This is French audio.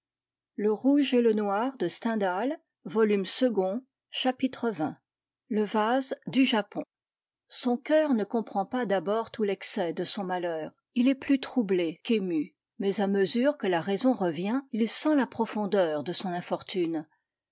chapitre xx le vase du japon son coeur ne comprend pas d'abord tout l'excès de son malheur il est plus troublé qu'ému mais à mesure que la raison revient il sent la profondeur de son infortune